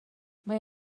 mae